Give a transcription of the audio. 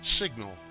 signal